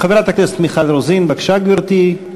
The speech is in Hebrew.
חברת הכנסת מיכל רוזין, בבקשה, גברתי.